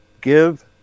Give